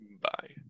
Bye